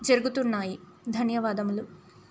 జరుగుతున్నాయి ధన్యవాదములు